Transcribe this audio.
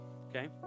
okay